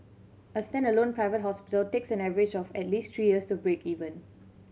a standalone private hospital takes an average of at least three years to break even